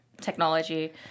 technology